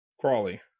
crawley